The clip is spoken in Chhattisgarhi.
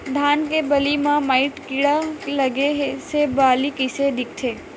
धान के बालि म माईट कीड़ा लगे से बालि कइसे दिखथे?